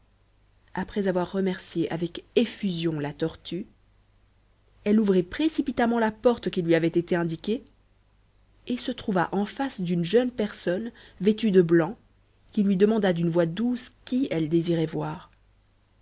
après avoir remercié avec effusion la tortue elle ouvrit précipitamment la porte qui lui avait été indiquée et se trouva en face d'une jeune personne vêtue de blanc qui lui demanda d'une voix douce qui elle désirait voir